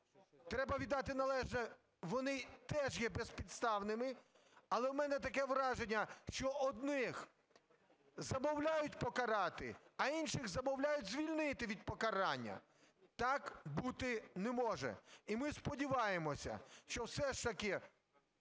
треба віддати належне, вони теж є безпідставними, але у мене таке враження, що одних замовляють покарати, а інших замовляють звільнити від покарання. Так бути не може, і ми сподіваємося, що все ж таки